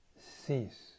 cease